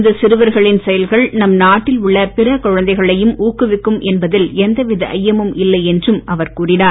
இந்த சிறுவர்களின் செயல்கள் நம் நாட்டில் உள்ள பிற குழந்தைகளையும் ஊக்குவிக்கும் என்பதில் எந்த வித ஜயமும் இல்லை என்றும் அவர் கூறினார்